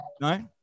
no